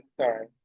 sorry